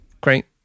great